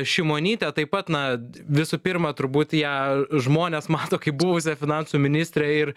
šimonytė taip pat na d visų pirma turbūt ją žmonės mato kaip buvusią finansų ministrę ir